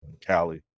cali